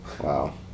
Wow